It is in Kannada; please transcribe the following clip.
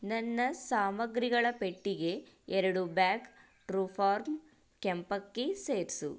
ನನ್ನ ಸಾಮಗ್ರಿಗಳ ಪಟ್ಟಿಗೆ ಎರಡು ಬ್ಯಾಗ್ ಟ್ರೂ ಫಾರ್ಮ್ ಕೆಂಪಕ್ಕಿ ಸೇರಿಸು